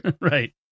Right